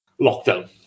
lockdown